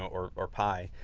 or or pie